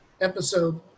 episode